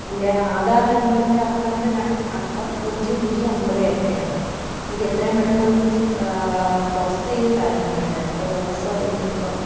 എൻ്റെ ആധാർ നമ്പറിൻ്റെ അവസാനത്തെ അക്കം പൂജ്യം പൂജ്യം ഒമ്പത് എട്ട് ആണ് എനിക്കെത്രയും പെട്ടെന്ന് അതൊന്ന് പ്രോസസ്സ് ചെയ്തു തരണം കേട്ടോ എത്ര ദിവസമായി ഇതിപ്പോൾ